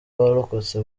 warokotse